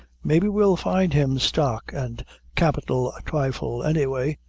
may be, we'll find him stock and capital a thrifle, any way,